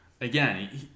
again